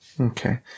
Okay